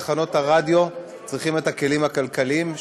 תחנות הרדיו צריכות את הכלים הכלכליים,